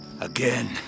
Again